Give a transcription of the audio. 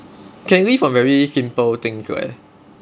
can live on very simple things leh